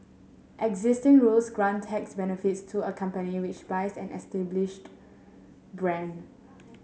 existing rules grant tax benefits to a company which buys an established brand